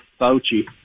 Fauci